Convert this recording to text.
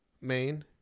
Main